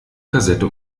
kassette